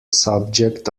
subject